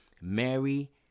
Mary